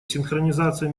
синхронизация